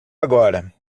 agora